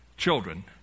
Children